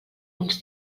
uns